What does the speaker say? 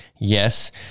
yes